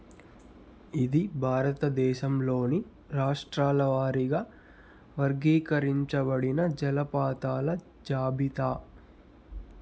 ఇది భారతదేశంలోని రాష్ట్రాల వారీగా వర్గీకరించబడిన జలపాతాల జాబితా